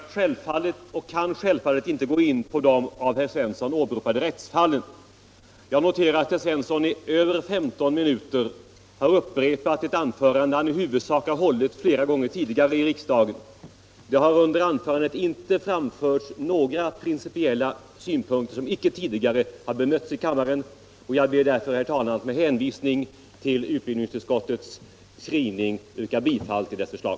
Herr talman! Jag skall och kan självfallet inte gå in på de av herr Svensson i Malmö åberopade rättsfallen. Jag noterar att herr Svensson i över 15 minuter har upprepat ett anförande som han i huvudsak har hållit flera gånger tidigare i riksdagen. Det har i anförandet inte framförts några principiella synpunkter som icke tidigare har bemötts i kammaren, och jag ber därför, herr talman, att under hänvisning till utskottets skrivning få yrka bifall till dess förslag.